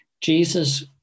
Jesus